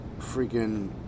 freaking